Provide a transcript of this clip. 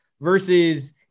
versus